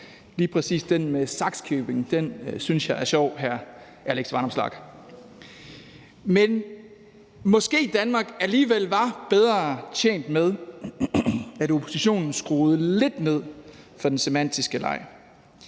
lige præcis den med Sakskøbing synes jeg er sjov, hr. Alex Vanopslagh. Men måske Danmark alligevel var bedre tjent med, at oppositionen skruede lidt ned for den semantiske leg,